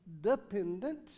dependent